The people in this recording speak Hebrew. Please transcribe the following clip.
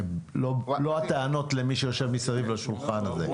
לא הטענות למי שיושב מסביב לשולחן הזה.